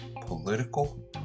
political